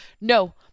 No